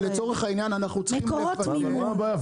ולצורך העניין אנחנו צריכים לוודא --- מה הבעיה,